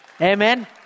Amen